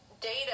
data